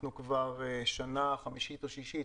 אנחנו כבר שנה חמישית או שישית